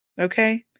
Okay